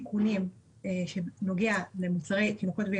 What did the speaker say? ייכנס לתוקף,